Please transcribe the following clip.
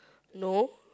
no